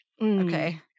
Okay